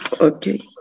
Okay